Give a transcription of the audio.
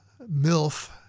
MILF